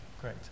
great